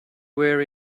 were